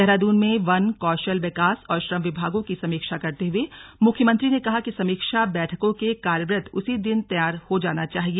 देहरादून में वन कौशल विकास और श्रम विभागों की समीक्षा करते हुए मुख्यमंत्री ने कहा कि समीक्षा बैठकों के कार्यवृत्त उसी दिन तैयार हो जाना चाहिए